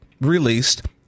released